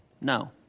No